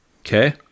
Okay